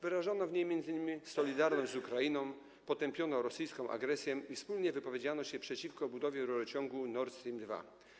Wyrażono w niej m.in. solidarność z Ukrainą, potępiono rosyjską agresję i wspólnie wypowiedziano się przeciwko budowie rurociągu Nord Stream 2.